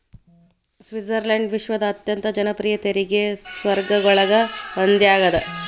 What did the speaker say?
Switzerland ವಿಶ್ವದ ಅತ್ಯಂತ ಜನಪ್ರಿಯ ತೆರಿಗೆ ಸ್ವರ್ಗಗಳೊಳಗ ಒಂದಾಗ್ಯದ